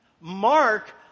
Mark